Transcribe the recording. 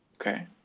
Okay